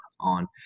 on